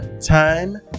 time